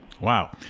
Wow